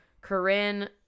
Corinne